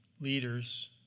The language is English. leaders